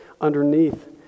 underneath